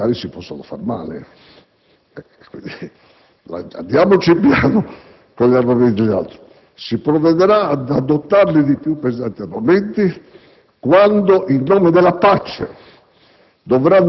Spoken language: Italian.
che i militari si possono far male. Andiamoci piano con gli armamenti. Si provvederà a dotarli di più pesanti armamenti quando, in nome della pace,